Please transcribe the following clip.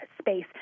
space